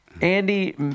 Andy